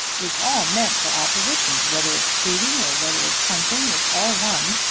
it's all meant for opposition. whether it's shooting or whether it's hunting, it's all one.